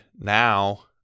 now